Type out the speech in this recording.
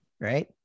right